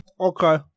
Okay